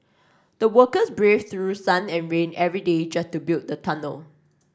the workers braved through sun and rain every day just to build the tunnel